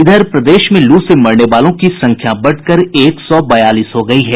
इधर प्रदेश में लू से मरने वालों की संख्या बढ़कर एक सौ बयालीस हो गयी है